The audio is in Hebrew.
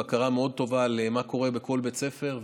בקרה מאוד טובה על מה שקורה בכל בית ספר,